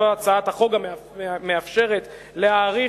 הצעת החוק גם מאפשרת להאריך,